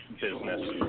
business